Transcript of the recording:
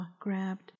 grabbed